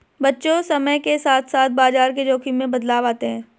बच्चों समय के साथ साथ बाजार के जोख़िम में बदलाव आते हैं